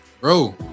Bro